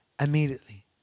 Immediately